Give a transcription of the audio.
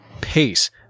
pace